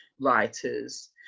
writers